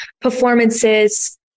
performances